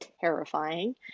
terrifying